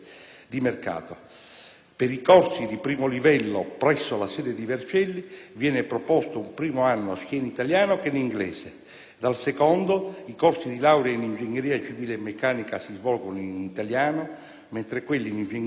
Per i corsi di primo livello presso la sede di Vercelli viene proposto un primo anno sia in italiano che in inglese; dal secondo i corsi di laurea in ingegneria civile e meccanica si svolgono in italiano, mentre quelli in ingegneria elettronica in inglese.